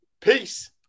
peace